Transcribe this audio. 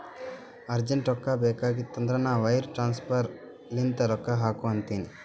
urgent ರೊಕ್ಕಾ ಬೇಕಾಗಿತ್ತಂದ್ರ ನಾ ವೈರ್ ಟ್ರಾನ್ಸಫರ್ ಲಿಂತೆ ರೊಕ್ಕಾ ಹಾಕು ಅಂತಿನಿ